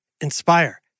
Inspire